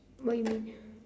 what you mean